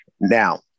Now